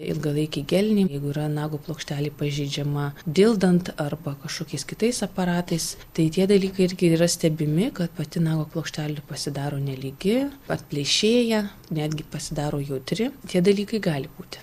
ilgalaikiai geliniai jeigu yra nago plokštelė pažeidžiama dildant arba kažkokiais kitais aparatais tai tie dalykai irgi yra stebimi kad pati nago plokštelė pasidaro nelygi atpleišėja netgi pasidaro jautri tie dalykai gali būti